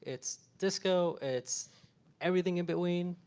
it's disco, it's everything in between.